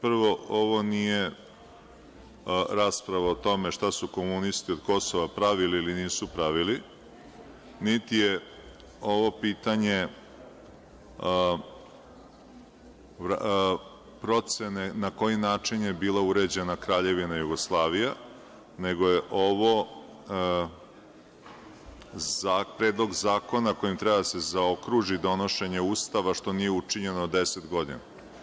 Prvo, ovo nije rasprava o tome šta su komunisti od Kosova pravili ili nisu pravili, niti je ovo pitanje procene na koji način je bila uređena Kraljevina Jugoslavija, nego je ovo Predlog zakona kojim treba da se zaokruži donošenje Ustava, što nije učinjeno 10 godina.